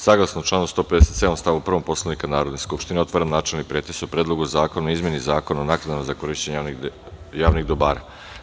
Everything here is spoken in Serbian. Saglasno članu 157. stav 1. Poslovnika Narodne skupštine, otvaram načelni pretres o Predlogu zakona o izmeni Zakona o naknadama za korišćenje javnih dobara.